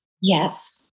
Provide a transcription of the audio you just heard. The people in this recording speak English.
Yes